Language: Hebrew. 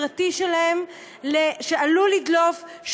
הפרטי שלהם שעלול לדלוף,